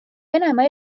venemaa